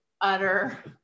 utter